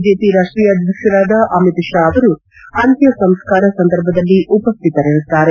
BJP ರಾಷ್ಷೀಯ ಅಧ್ಯಕ್ಷರಾದ ಅಮಿತ್ ಷಾ ಅವರು ಅಂತ್ಯ ಸಂಸ್ತಾರ ಸಂದರ್ಭದಲ್ಲಿ ಉಪಸ್ಥಿತರಿರುತ್ತಾರೆ